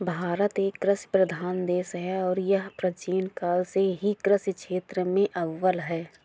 भारत एक कृषि प्रधान देश है और यह प्राचीन काल से ही कृषि क्षेत्र में अव्वल है